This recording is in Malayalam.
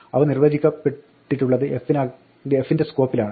അവ നിർവ്വചിക്കപ്പെട്ടിട്ടുള്ളത് f ന്റെ സ്കോപ്പിലാണ്